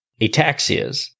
ataxias